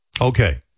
Okay